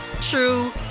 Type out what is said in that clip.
true